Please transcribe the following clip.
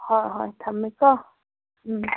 ꯍꯣꯏ ꯍꯣꯏ ꯊꯝꯃꯦꯀꯣ ꯎꯝ